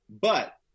But-